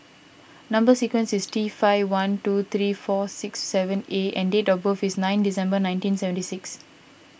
Number Sequence is T five one two three four six seven A and date of birth is nine December nineteen seventy six